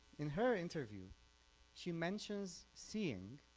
in her interview she mentions seeing